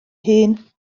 hun